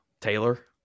Taylor